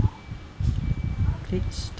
click stop